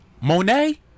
Monet